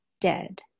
dead